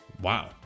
wow